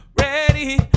ready